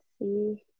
see